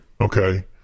Okay